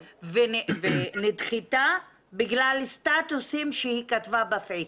ונדחתה בגלל סטטוסים שהיא כתבה בפייסבוק.